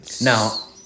Now